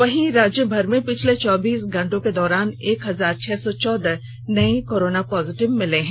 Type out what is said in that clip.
वहीं राज्यभर में पिछले चौबीस घंटे के दौरान एक हजार छह सौ चौदह नए कोरोना पॅजिटिव मिले हैं